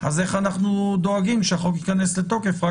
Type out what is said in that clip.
אז איך אנחנו דואגים שהחוק ייכנס לתוקף רק